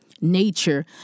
nature